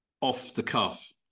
off-the-cuff